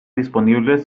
disponibles